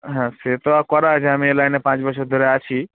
হ্যাঁ সে তো করা আছে আমি এই লাইনে পাঁচ বছর ধরে আছি